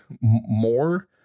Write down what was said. more